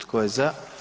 Tko je za?